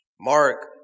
Mark